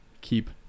keep